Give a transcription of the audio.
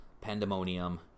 Pandemonium